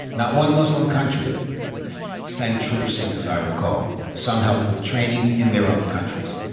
not one muslim country sent troops in, as i recall. some helped with training in their own countries.